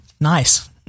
Nice